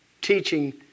teaching